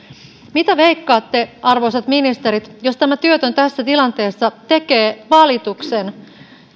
mitä veikkaatte arvoisat ministerit jos tämä työtön tässä tilanteessa tekee valituksen